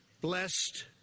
blessed